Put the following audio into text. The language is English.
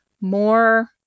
more